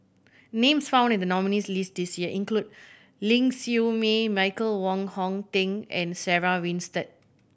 names found in the nominees' list this year include Ling Siew May Michael Wong Hong Teng and Sarah Winstedt